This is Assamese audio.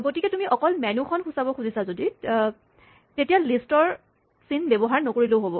গতিকে তুমি যদি অকল মেন্যুখন সূচাব খুজিছা তেতিয়া লিষ্ট ৰ চিন ব্যৱহাৰ নকৰিলেও হ'ব